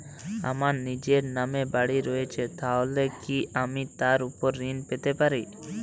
আমার নিজের নামে বাড়ী রয়েছে তাহলে কি আমি তার ওপর ঋণ পেতে পারি?